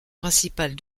principale